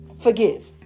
Forgive